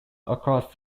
across